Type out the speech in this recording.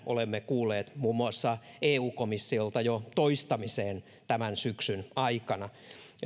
olemme kuulleet muun muassa eu komissiolta jo toistamiseen tämän syksyn aikana